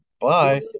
Bye